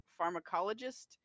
pharmacologist